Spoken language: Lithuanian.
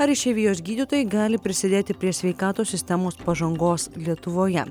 ar išeivijos gydytojai gali prisidėti prie sveikatos sistemos pažangos lietuvoje